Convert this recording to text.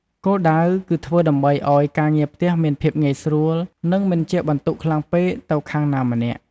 គោលដៅ គឺធ្វើដើម្បីឱ្យការងារផ្ទះមានភាពងាយស្រួល និងមិនជាបន្ទុកខ្លាំងពេកទៅខាងណាម្នាក់។